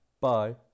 Bye